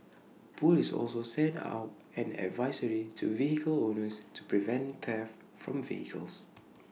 Police also sent out an advisory to vehicle owners to prevent theft from vehicles